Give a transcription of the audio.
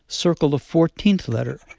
circle the fourteenth letter,